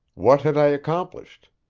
what had i accomplished?